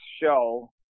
show